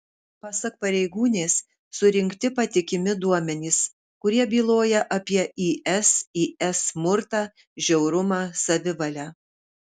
pasak pareigūnės surinkti patikimi duomenys kurie byloja apie isis smurtą žiaurumą savivalę